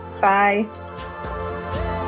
bye